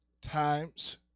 times